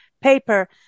paper